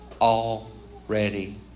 already